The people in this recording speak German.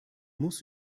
muss